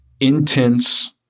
intense